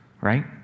right